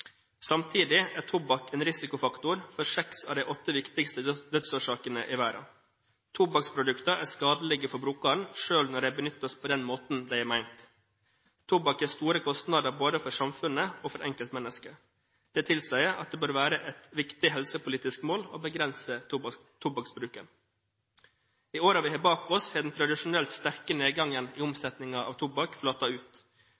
Samtidig er tobakk en risikofaktor for seks av de åtte viktigste dødsårsakene i verden. Tobakksprodukter er skadelige for brukeren, selv når de benyttes på den måten det er ment. Tobakk har store kostnader både for samfunnet og for enkeltmennesker. Det tilsier at det bør være et viktig helsepolitisk mål å begrense tobakksbruken. I årene vi har bak oss, har den tradisjonelt sterke nedgangen i omsetningen av tobakk flatet ut,